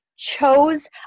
chose